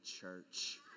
church